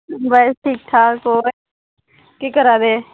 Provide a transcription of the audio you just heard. बस ठीक ठाक होर केह् करा दे